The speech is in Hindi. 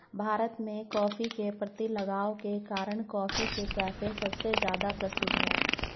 भारत में, कॉफ़ी के प्रति लगाव के कारण, कॉफी के कैफ़े सबसे ज्यादा प्रसिद्ध है